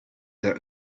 their